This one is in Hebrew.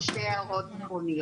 רוצים להצביע על שתי הערות עקרוניות.